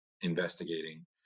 investigating